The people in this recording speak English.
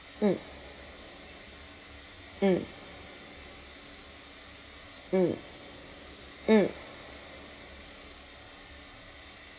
mm mm mm mm